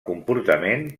comportament